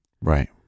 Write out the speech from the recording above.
Right